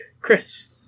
Chris